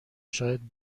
شاید